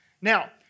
Now